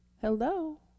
Hello